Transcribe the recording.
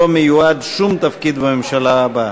לא מיועד שום תפקיד בממשלה הבאה.